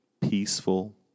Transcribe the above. peaceful